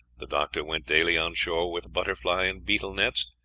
the doctor went daily on shore with butterfly and beetle nets,